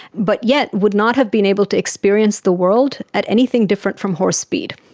but yet would not have been able to experience the world at anything different from horse speed,